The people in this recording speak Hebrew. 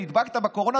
נדבקת בקורונה?